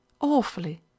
Awfully